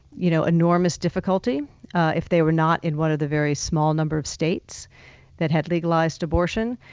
you know, enormous difficulty if they were not in one of the very small number of states that had legalized abortion.